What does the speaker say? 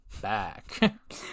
back